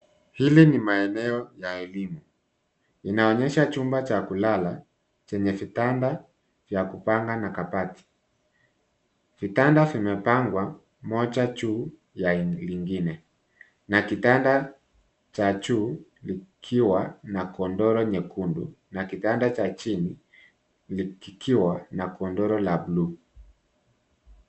Hili ni maeneo ya elimu. Inaonyesha chumba cha kulala chenye vitanda vya kupanga na kabati. Vitanda vimepangwa moja juu ya lingine na kitanda cha juu likiwa na godoro nyekundu na kitanda cha chini likiwa na godoro la buluu.